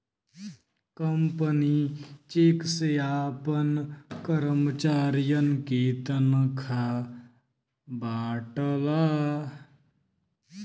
company cheque से आपन करमचारियन के तनखा बांटला